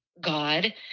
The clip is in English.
god